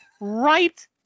right